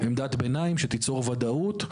עמדת ביניים שתיצור וודאות.